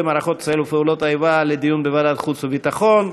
מערכות ישראל ופעולות האיבה לדיון בוועדת החוץ והביטחון.